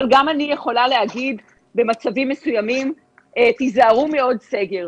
אבל גם אני יכולה להגיד במצבים מסוימים: תיזהרו מעוד סגר.